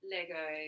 Lego